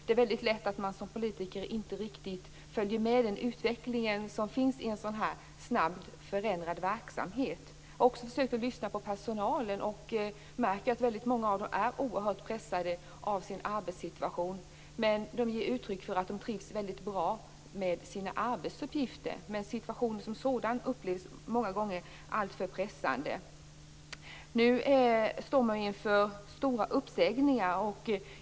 Det är väldigt lätt att man som politiker inte riktigt följer med i den utveckling som finns i en sådan här snabbt förändrad verksamhet. Lyssnar man på personalen märker man att många är oerhört pressade av sin arbetssituation. De ger uttryck för att de trivs bra med sina arbetsuppgifter, men situationen som sådan upplevs många gånger alltför pressande. Nu står man inför omfattande uppsägningar.